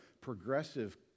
progressive